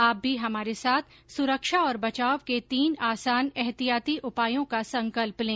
आप भी हमारे साथ सुरक्षा और बचाव के तीन आसान एहतियाती उपायों का संकल्प लें